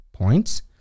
points